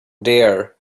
dear